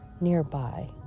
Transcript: nearby